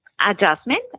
adjustment